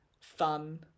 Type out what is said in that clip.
fun